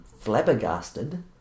flabbergasted